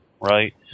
right